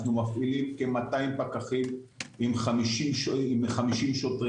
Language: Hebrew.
אנחנו מפעילים כ-200 פקחים עם 50 שוטרים.